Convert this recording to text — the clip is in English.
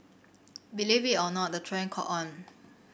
believe it or not the trend caught on